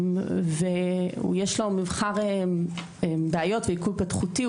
ויש לו מבחר בעיות ועיכוב התפתחותי,